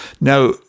Now